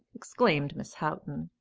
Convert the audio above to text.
exclaimed miss houghton.